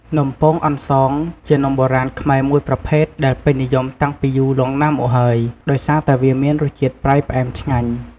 នំពងអន្សងជានំបុរាណខ្មែរមួយប្រភេទដែលពេញនិយមតាំងពីយូរលង់ណាស់មកហើយ ដោយសារតែវាមានរសជាតិប្រៃផ្អែមឆ្ងាញ់ ។